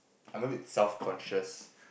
I'm a bit self conscious